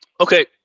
Okay